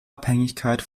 abhängigkeit